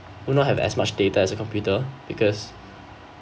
would not have as much data as a computer because